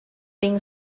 being